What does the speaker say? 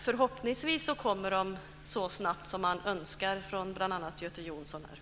Förhoppningsvis kommer de så snabbt som bl.a. Göte Jonsson önskar.